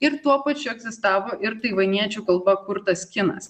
ir tuo pačiu egzistavo ir taivaniečių kalba kurtas kinas